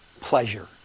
pleasure